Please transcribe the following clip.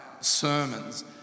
sermons